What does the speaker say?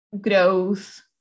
growth